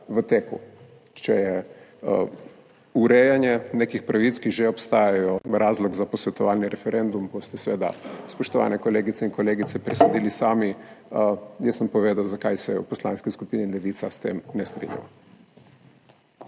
v teku. Če je urejanje nekih pravic, ki že obstajajo, razlog za posvetovalni referendum, boste seveda, spoštovani kolegi in kolegice, presodili sami, jaz sem povedal, zakaj se v Poslanski skupini Levica s tem ne strinjamo.